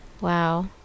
wow